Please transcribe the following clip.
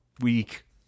week